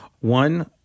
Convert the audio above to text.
One